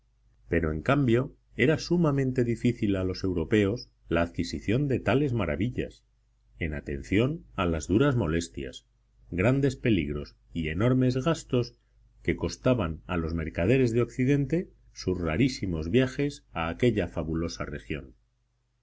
pero en cambio era sumamente difícil a los europeos la adquisición de tales maravillas en atención a las duras molestias grandes peligros y enormes gastos que costaban a los mercaderes de occidente sus rarísimos viajes a aquella fabulosa región